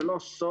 זה לא סוד,